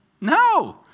No